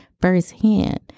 firsthand